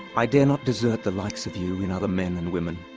i dare not desert the likes of you in other men and women,